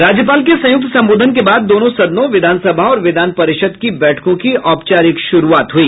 राज्यपाल के संयुक्त संबोधन के बाद दोनों सदनों विधानसभा और विधान परिषद की बैठकों की औपचारिक शुरूआत हुई